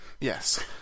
Yes